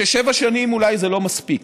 ששבע שנים זה אולי לא מספיק